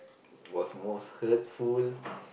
was most hurtful